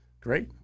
Great